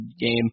game